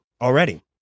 already